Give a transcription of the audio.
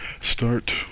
start